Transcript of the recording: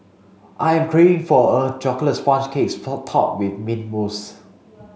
I am craving for a chocolate sponge cakes topped with mint mousse